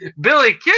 Billy